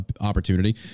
opportunity